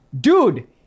dude